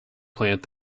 plant